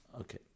Okay